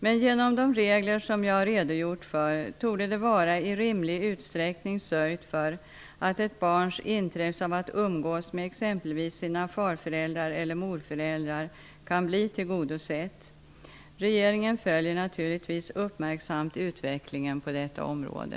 Men genom de regler som jag har redogjort för torde det vara i rimlig utsträckning sörjt för att ett barns intresse av att umgås med exempelvis sina farföräldrar eller morföräldrar kan bli tillgodosett. Regeringen följer naturligtvis uppmärksamt utvecklingen på detta område.